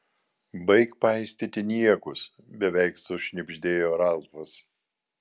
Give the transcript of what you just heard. baik paistyti niekus beveik sušnibždėjo ralfas